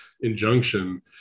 injunction